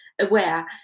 aware